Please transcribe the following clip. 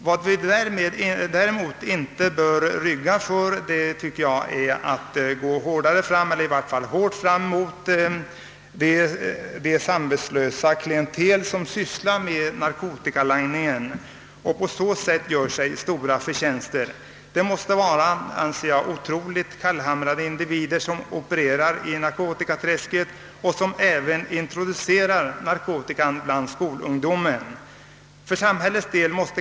Vad vi däremot inte bör rygga för är att gå hårt fram mot det samvetslösa klientel som sysslar med narkotikalangningen och gör sig stora förtjänster på den. Det måste vara otroligt kallhamrade individer som opererar i narkotikaträsket och introducerar narkoti kan bland skolungdomen.